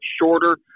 shorter